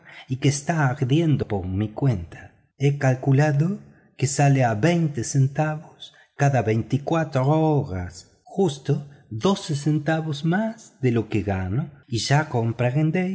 y que está ardiendo por mi cuenta he calculado que sale a dos chelines cada veinticuatro horas justo seis peniques más de lo que gano y ya